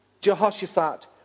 Jehoshaphat